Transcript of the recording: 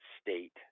state